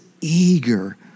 eager